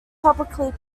publicly